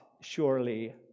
surely